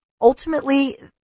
Ultimately